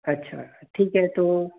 अच्छा ठीक है तो